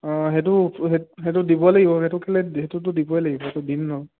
অঁ সেইটো সেইটো দিব লাগিব সেইটো কেলৈ সেইটোতো দিবই লাগিব সেইটো দিম নহ্